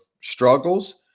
struggles